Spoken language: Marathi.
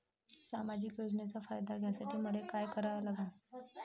सामाजिक योजनेचा फायदा घ्यासाठी मले काय लागन?